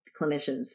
clinicians